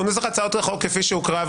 נוסח הצעת החוק כפי שהוקרא,